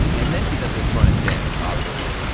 and then he does the frontend bit, obviously,